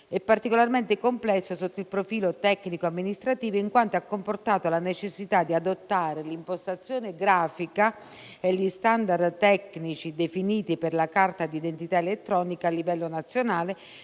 È particolarmente complesso sotto il profilo tecnico amministrativo, in quanto ha comportato la necessità di adottare l'impostazione grafica e gli *standard* tecnici definiti per la carta d'identità elettronica a livello nazionale